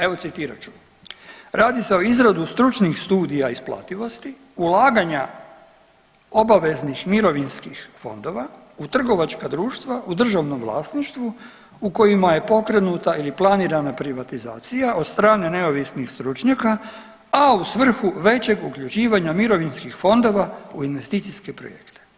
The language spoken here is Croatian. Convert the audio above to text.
Evo citirat ću, radi se o izradi stručnih studija isplativosti ulaganja obaveznih mirovinskih fondova u trgovačka društva u državnom vlasništvu u kojima je pokrenuta ili planirana privatizacija od strane neovisnih stručnjaka, a u svrhu većeg uključivanja mirovinskih fondova u investicijske projekte.